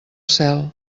cel